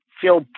feel